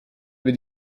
wie